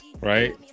right